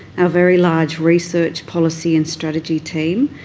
our very large research, policy and strategy teams,